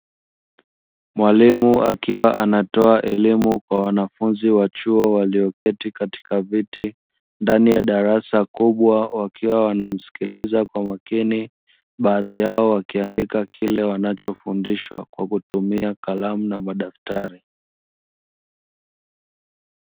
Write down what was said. Mwalimu akiwa anatoa elimu kwa wanafunzi wa chuo walioketi katika viti, ndani ya darasa kubwa wakiwa wanamsikiliza kwa makini, baadhi yao wakiandika kile wanachofundishwa kwa kutumia kalamu na madaftari.